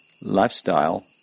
lifestyle